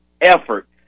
effort